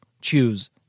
choose